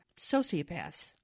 sociopaths